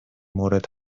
مورد